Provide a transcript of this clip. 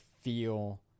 feel